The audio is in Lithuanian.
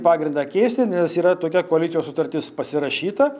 pagrindą keisti nes yra tokia koalicijos sutartis pasirašyta